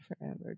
forever